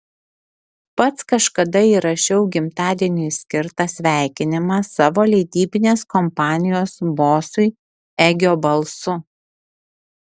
pats kažkada įrašiau gimtadieniui skirtą sveikinimą savo leidybinės kompanijos bosui egio balsu